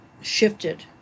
shifted